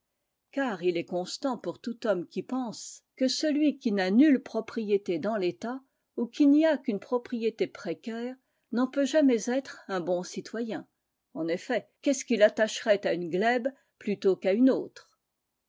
car il est constant pour tout homme qui pense que celui qui n'a nulle propriété dans l'état ou qui n'y a qu'une propriété précaire n'en peut jamais être un bon citoyen en effet qu'est-ce qui l'attacherait à une glèbe plutôt qu'à une autre